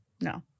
No